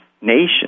nation